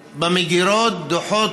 במגירות היו דוחות,